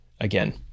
again